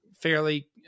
fairly